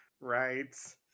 right